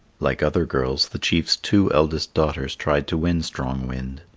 like other girls, the chief's two eldest daughters tried to win strong wind.